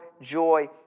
joy